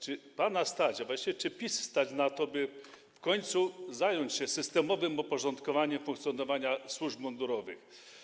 Czy pana stać, a właściwie czy PiS stać na to, aby w końcu zająć się systemowym uporządkowaniem funkcjonowania służb mundurowych?